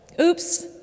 oops